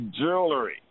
jewelry